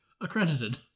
accredited